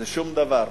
זה שום דבר.